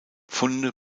funde